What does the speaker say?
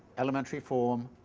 elementary form.